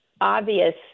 obvious